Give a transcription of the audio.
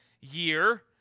year